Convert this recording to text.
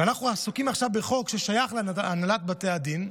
ואנחנו עסוקים עכשיו בחוק ששייך להנהלת בתי הדין.